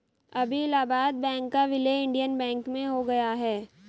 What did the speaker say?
अभी इलाहाबाद बैंक का विलय इंडियन बैंक में हो गया है